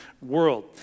world